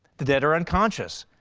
the dead are unconscious.